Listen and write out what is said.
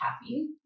happy